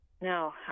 No